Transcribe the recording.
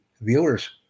viewers